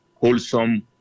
wholesome